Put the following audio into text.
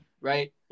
right